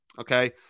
okay